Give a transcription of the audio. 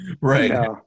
Right